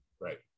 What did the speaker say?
right